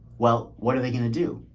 well, what are they going to do?